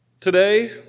Today